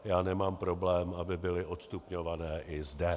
Já nemám problém, aby byly odstupňované i zde.